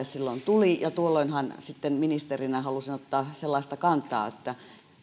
silloin tuli ja tuolloinhan ministerinä halusin ottaa sellaista kantaa että